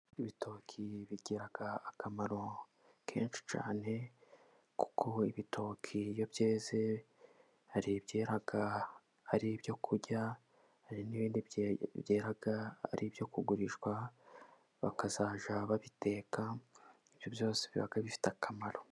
Ibitoki bigira akamaro kenshi cyane, kuko ibitoki iyo byeze hari ibyera ari ibyo kurya, hari n'ibindi byera ari ibyo kugurishwa, bakazajya babiteka. Ibyo byose biba bifite akamaro.